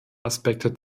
aspekte